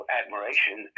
admiration